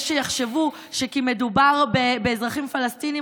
יש שיחשבו שמכיוון שמדובר באזרחים פלסטינים,